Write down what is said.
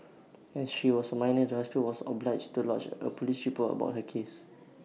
as she was A minor the hospital was obliged to lodge A Police report about her case